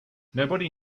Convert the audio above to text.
nobody